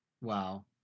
Wow